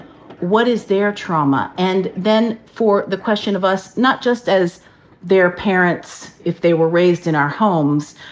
what is their trauma? and then for the question of us, not just as their parents, if they were raised in our homes,